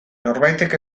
norbaitek